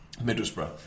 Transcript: Middlesbrough